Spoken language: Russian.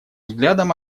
взглядом